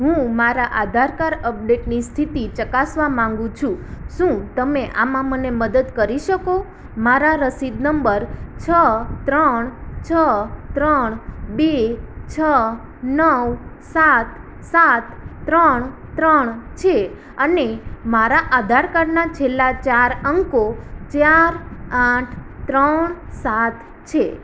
હું મારા આધાર કાર્ડ અપડેટની સ્થિતિ ચકાસવા માંગુ છું શું તમે આમાં મને મદદ કરી શકો મારા રશીદ નંબર છ ત્રણ છ ત્રણ બે છ નવ સાત સાત ત્રણ ત્રણ છે અને મારા આધાર કાર્ડના છેલા ચાર અંકો ચાર આઠ ત્રણ સાત છે